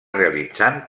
realitzant